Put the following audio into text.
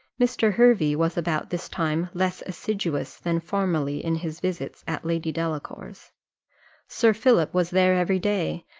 mr. hervey was about this time less assiduous than formerly in his visits at lady delacour's sir philip was there every day,